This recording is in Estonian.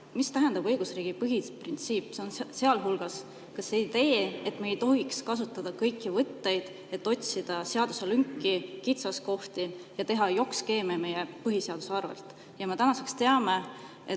mida tähendab õigusriigi põhiprintsiip? See on muu hulgas ka see idee, et me ei tohiks kasutada kõiki võtteid, et otsida seaduselünki, kitsaskohti ja teha jokkskeeme meie põhiseaduse arvel. Me tänaseks teame,